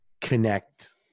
connect